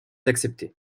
accepté